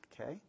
Okay